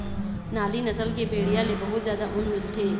नाली नसल के भेड़िया ले बहुत जादा ऊन मिलथे